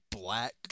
Black